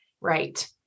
Right